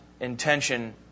intention